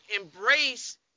embrace